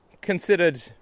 considered